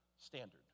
standard